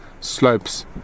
slopes